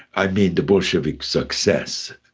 i mean the bolshevik success,